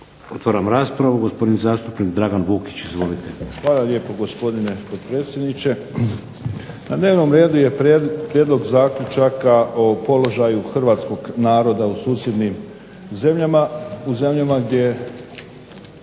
Otvaram raspravu. Gospodin zastupnik Dragan Vukić. Izvolite. **Vukić, Dragan (HDZ)** Hvala lijepo gospodine potpredsjedniče. Na dnevnom redu je prijedlog zaključaka o položaju Hrvatskog naroda u susjednim zemljama, u zemljama gdje